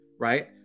right